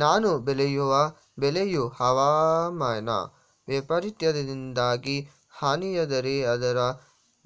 ನಾನು ಬೆಳೆಯುವ ಬೆಳೆಯು ಹವಾಮಾನ ವೈಫರಿತ್ಯದಿಂದಾಗಿ ಹಾನಿಯಾದರೆ ಅದರ